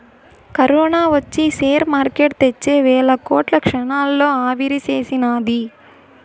corona ఒచ్చి share market తెచ్చే వేల కోట్లు క్షణాల్లో ఆవిరిసేసినాది